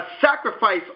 sacrifice